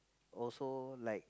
also like